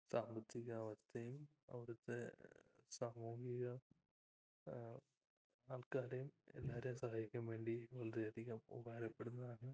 സാമ്പത്തികാവസ്ഥയും അവിടുത്തെ സാമൂഹിക ആൾക്കാരേയും എല്ലാവരേയും സഹായിക്കാൻ വേണ്ടി വളരെയധികം ഉപകാരപ്പെടുന്നതാണ്